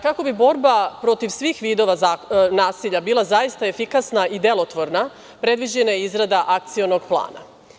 Kako bi borba protiv svih vidova nasilja bila zaista efikasna i delotvorna predviđena je izrada akcionog plana.